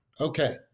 Okay